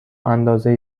اندازه